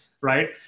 right